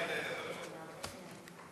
אני מקווה שאתה סיימת את הדרשה שלך.